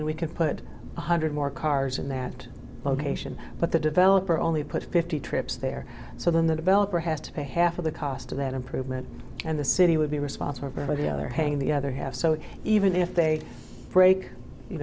lane we can put one hundred more cars in that location but the developer only put fifty trips there so then the developer has to pay half of the cost of that improvement and the city would be responsible but you know they're hanging the other half so even if they break you